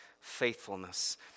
faithfulness